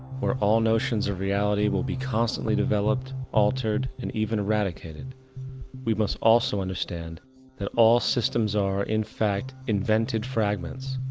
where all notions of reality will be constantly developed, altered, and even eradicated we must also understand that all systems are, in fact, invented fragments,